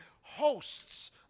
hosts